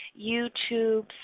YouTube